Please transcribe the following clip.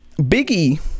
Biggie